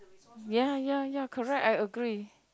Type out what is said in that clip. ya ya ya correct I agree